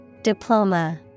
Diploma